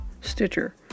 Stitcher